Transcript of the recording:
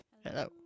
Hello